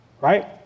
right